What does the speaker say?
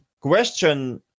question